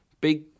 big